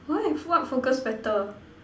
why fo~ what focus better